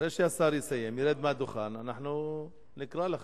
אחרי שהשר יסיים וירד מהדוכן אנחנו נקרא לך.